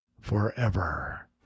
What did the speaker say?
forever